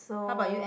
so